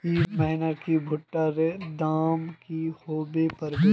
ई महीना की भुट्टा र दाम की होबे परे?